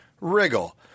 wriggle